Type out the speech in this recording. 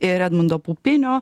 ir edmundo pupinio